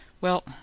Well